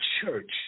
church